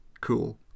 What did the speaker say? Cool